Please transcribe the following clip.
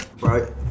Right